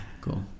cool